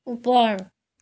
ওপৰ